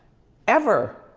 ever.